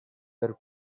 per